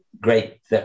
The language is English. great